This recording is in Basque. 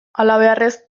halabeharrez